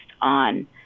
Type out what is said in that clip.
on